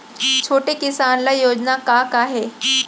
छोटे किसान ल योजना का का हे?